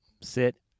sit